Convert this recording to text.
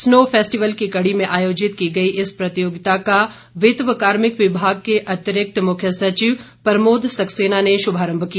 snow festival की कड़ी में आयोजित की गई इस प्रतियोगिता का वित्त व कार्मिक विभाग के अतिरिक्त मुख्य सचिव प्रमोद सक्सेना ने श्रभारम्भ किया